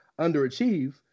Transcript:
underachieve